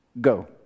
Go